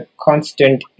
constant